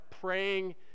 praying